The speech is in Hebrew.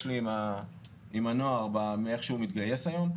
לי עם הנוער ואיך שהוא מתגייס היום,